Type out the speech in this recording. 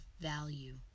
value